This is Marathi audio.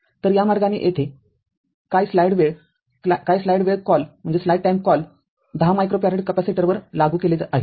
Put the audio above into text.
तर या मार्गाने येथे काय स्लाईड वेळ काय स्लाईड वेळ कॉल १० मायक्रोफॅरड कॅपेसिटरवर लागू केले आहे